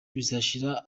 bizashira